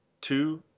two